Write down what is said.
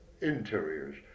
interiors